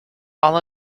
all